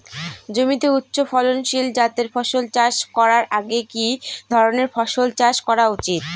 জমিতে উচ্চফলনশীল জাতের ফসল চাষ করার আগে কি ধরণের ফসল চাষ করা উচিৎ?